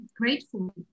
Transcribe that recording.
grateful